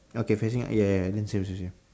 okay facing ya ya ya then same same same